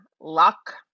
luck